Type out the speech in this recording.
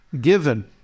given